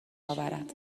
اورد